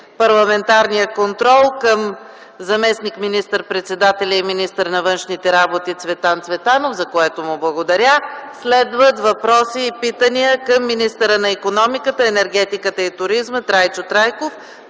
парламентарният контрол към заместник министър-председателя и министър на вътрешните работи Цветан Цветанов, за което му благодаря. Следват въпроси и питания към министъра на икономиката, енергетиката и туризма Трайчо Трайков.